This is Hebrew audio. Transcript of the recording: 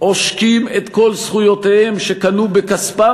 עושקים את כל זכויותיהם שקנו בכספם,